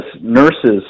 nurses